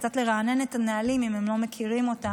קצת לרענן את הנהלים אם הם לא מכירים אותם,